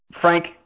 Frank